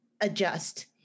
adjust